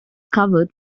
covered